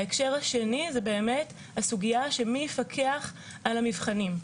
ההקשר השני הוא הסוגיה של מי יפקח על המבחנים.